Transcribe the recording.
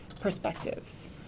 perspectives